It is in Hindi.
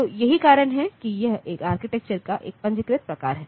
तो यही कारण है कि यह एक आर्किटेक्चर का एक पंजीकृत प्रकार है